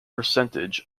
percentage